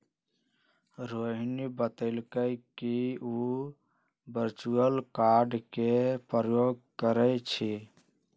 रोहिणी बतलकई कि उ वर्चुअल कार्ड के प्रयोग करई छई